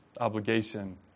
Obligation